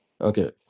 Okay